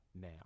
now